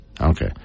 Okay